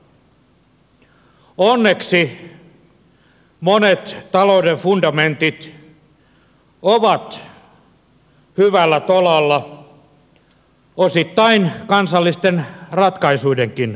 onneksi monet talouden fundamentit ovat hyvällä tolalla osittain kansallisten ratkaisuidenkin ansiosta